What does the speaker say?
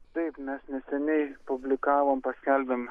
taip mes neseniai publikavom paskelbėm